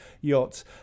yachts